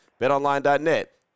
Betonline.net